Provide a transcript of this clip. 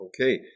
Okay